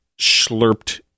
slurped